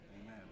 Amen